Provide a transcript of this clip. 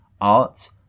Art